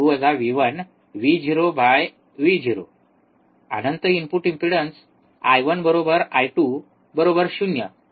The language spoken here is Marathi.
अनंत input impedance I1 I2 0 input impedance अनंत का आहे